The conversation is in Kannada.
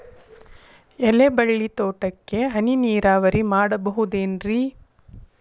ಎಲೆಬಳ್ಳಿ ತೋಟಕ್ಕೆ ಹನಿ ನೇರಾವರಿ ಮಾಡಬಹುದೇನ್ ರಿ?